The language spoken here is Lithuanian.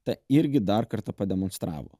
tą irgi dar kartą pademonstravo